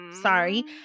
Sorry